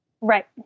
Right